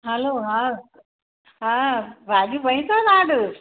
हलो हा हा भाॼियूं पई अथव तव्हांजे वटि